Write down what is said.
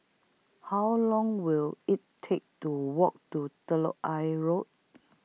How Long Will IT Take to Walk to Ayer Road